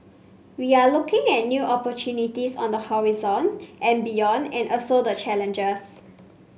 we are looking at new opportunities on the horizon and beyond and also the challenges